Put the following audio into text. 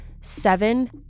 Seven